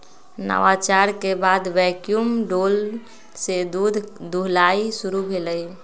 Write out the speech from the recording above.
नवाचार के बाद वैक्यूम डोल से दूध दुहनाई शुरु भेलइ